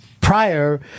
prior